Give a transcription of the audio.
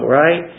right